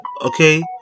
Okay